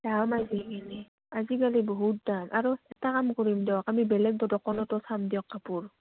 দাম আছে সেইখিনি আজিকালি বহুত দাম আৰু এটা কাম কৰিম দিয়ক আমি বেলেগ দকানতো চাম দিয়ক কাপোৰ